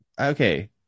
okay